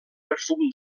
perfum